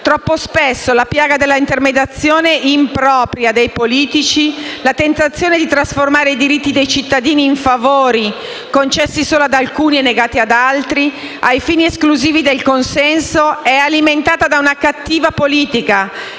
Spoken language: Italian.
troppo spesso la piaga della "intermediazione impropria" dei politici, la tentazione di trasformare i diritti dei cittadini in favori concessi solo ad alcuni e negati ad altri, ai fini esclusivi del consenso, è alimentata da una cattiva politica,